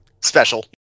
special